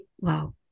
wow